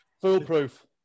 foolproof